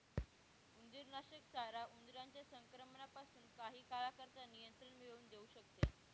उंदीरनाशक चारा उंदरांच्या संक्रमणापासून काही काळाकरता नियंत्रण मिळवून देऊ शकते